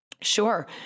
Sure